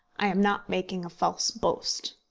i am not making a false boast.